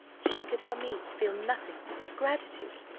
she could for me feel nothing but gratitude.